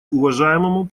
уважаемому